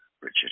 Richard